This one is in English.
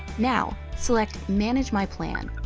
now select manage my plan